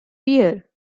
beer